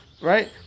right